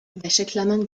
wäscheklammern